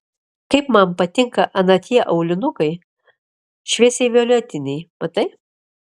kaip man patinka ana tie aulinukai šviesiai violetiniai matai